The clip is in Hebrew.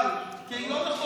חבל, כי היא לא נכונה.